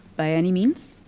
by any means,